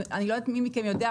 אני לא יודעת מי מכם יודע,